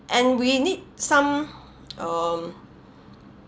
and we need some um